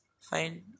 fine